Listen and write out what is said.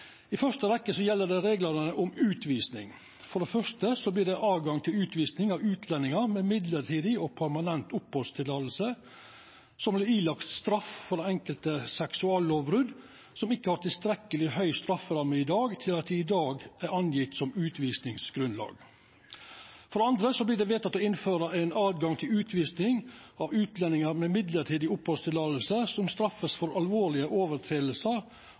I første rekkje gjeld det reglane om utvising. For det første vert det åtgang til utvising av utlendingar med mellombels og permanent opphaldsløyve som vert dømde til straff for enkelte seksuallovbrot som ikkje har tilstrekkeleg høg strafferamme i dag til at det i dag er angjeve som utvisingsgrunnlag. For det andre vert det vedteke å innføra ein åtgang til utvising av utlendingar med mellombels opphaldsløyve som vert straffa for alvorlege